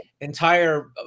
entire